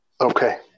Okay